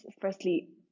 firstly